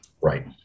Right